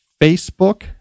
Facebook